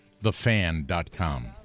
thefan.com